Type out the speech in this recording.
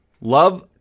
Love